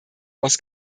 aus